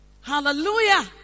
Hallelujah